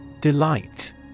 Delight